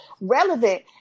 relevant